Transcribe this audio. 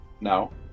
Now